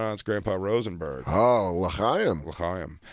um it's grandpa rosenberg. oh, l'chaim. l'chaim.